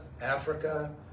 Africa